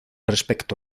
respecto